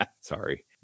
Sorry